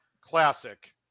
Classic